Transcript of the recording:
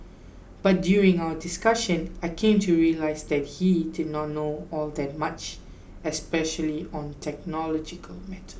but during our discussion I came to realise that he did not know all that much especially on technological mat